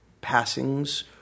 passings